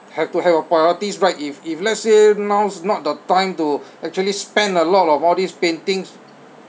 have to have your priorities right if if let's say now's not the time to actually spend a lot on all these paintings